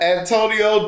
Antonio